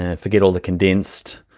and forget all the condensed,